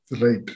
Right